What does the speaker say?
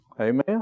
Amen